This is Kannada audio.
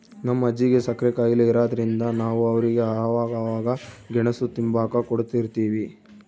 ನಮ್ ಅಜ್ಜಿಗೆ ಸಕ್ರೆ ಖಾಯಿಲೆ ಇರಾದ್ರಿಂದ ನಾವು ಅವ್ರಿಗೆ ಅವಾಗವಾಗ ಗೆಣುಸು ತಿಂಬಾಕ ಕೊಡುತಿರ್ತೀವಿ